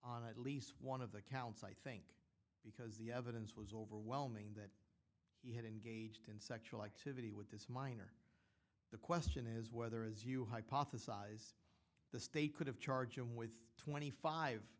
on at least one of the counts i think because the evidence was overwhelming that aged in sexual activity with this minor the question is whether as you hypothesise the state could have charged him with twenty five